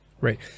Right